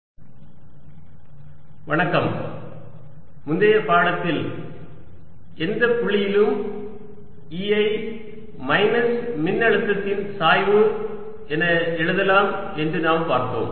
நிலை மின்னழுத்தத்தின் சாய்வாக மின்புலம் முந்தைய பாடத்தில் எந்த புள்ளியிலும் E ஐ மைனஸ் மின்னழுத்தத்தின் சாய்வு என எழுதலாம் என்று நாம் பார்த்தோம்